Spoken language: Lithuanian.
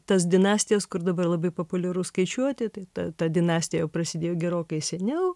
tas dinastijas kur dabar labai populiaru skaičiuoti tai ta dinastija jau prasidėjo gerokai seniau